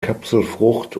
kapselfrucht